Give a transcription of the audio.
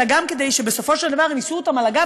אלא גם כדי שבסופו של דבר הם יישאו אותם על הגב,